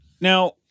Now